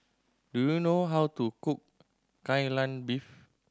do you know how to cook Kai Lan Beef